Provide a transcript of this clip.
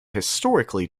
historically